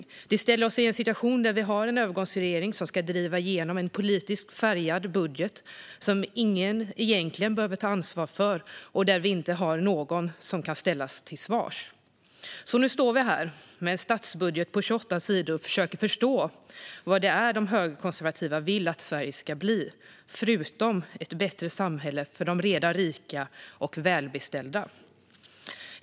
Detta ställer oss i en situation där vi har en övergångsregering som ska driva igenom en politiskt färgad budget som ingen egentligen behöver ta ansvar för och där vi inte har någon som kan ställas till svars. Nu står vi alltså här med en statsbudget på 28 sidor och försöker förstå vad det är de högerkonservativa vill att Sverige ska bli, förutom ett bättre samhälle för de redan rika och välbeställda.